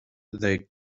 they